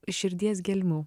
iš širdies gelmių